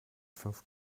fünf